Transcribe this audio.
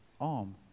arm